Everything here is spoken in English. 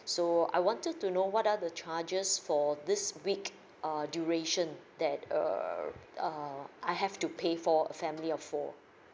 so I wanted to know what are the charges for this week err duration that err err I have to pay for a family of four